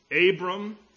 Abram